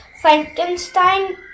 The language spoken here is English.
Frankenstein